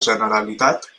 generalitat